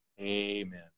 amen